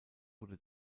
wurde